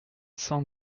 cent